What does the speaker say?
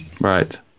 Right